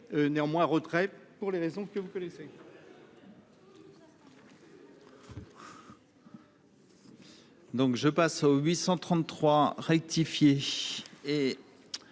néanmoins retrait pour les raisons que vous connaissez. Donc je passe au 833 rectifié et